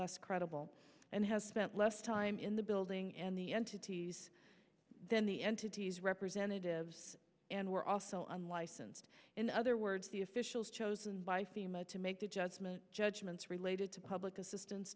less credible and has spent less time in the building and the entities than the entities represented lives and were also unlicensed in other words the officials chosen by fema to make the judgment judgments related to public assistance